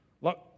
look